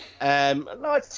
No